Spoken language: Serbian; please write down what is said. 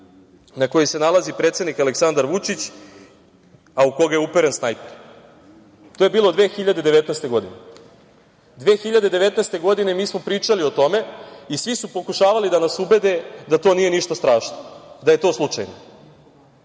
na kojoj se nalazi predsednik Aleksandar Vučić, a u koga je uperen snajper. To je bilo 2019. godine. Godine 2019. mi smo pričali o tome i svi su pokušavali da nas ubede da to nije ništa strašno, da je to slučajno.